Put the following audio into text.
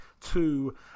two